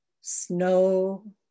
Snow